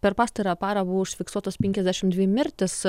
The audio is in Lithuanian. per pastarąją parą buvo užfiksuotos penkiasdešimt dvi mirtys